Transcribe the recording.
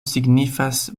signifas